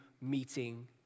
meeting